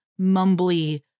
mumbly